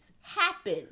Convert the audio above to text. happen